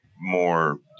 more